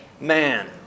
man